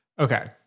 Okay